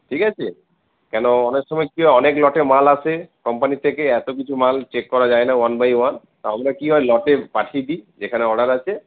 ঠিক আছে কেন অনেক সময় কি হয় অনেক লটে মাল আসে কোম্পানি থেকে এত কিছু মাল চেক করা যায়না ওয়ান বাই ওয়ান আমরা কি হয় লটে পাঠিয়ে দিই যেখানে অর্ডার আছে